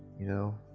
you know,